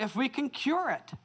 if we can cure it